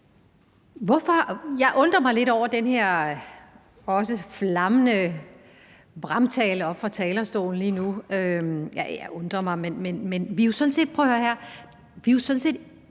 Jeg undrer mig lidt over den her flammende brandtale oppe fra talerstolen lige nu